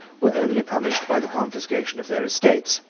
were only punished by the confiscation of their estates.